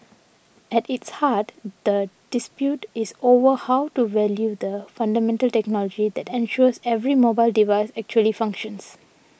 at its heart the dispute is over how to value the fundamental technology that ensures every mobile device actually functions